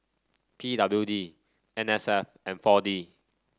P W D N S F and four D